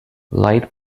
light